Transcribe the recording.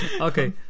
okay